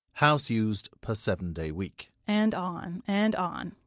house used per seven-day week and on and on.